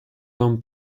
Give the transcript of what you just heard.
wam